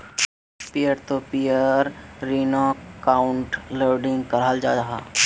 peer to peer ऋन्नोक crowd lending कहाल जाहा